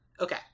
Okay